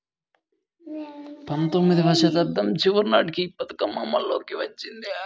పంతొమ్మిదివ శతాబ్దం చివరి నాటికి ఈ పథకం అమల్లోకి వచ్చింది